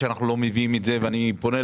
מעניין.